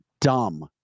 dumb